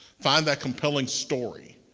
find that compelling story.